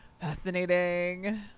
fascinating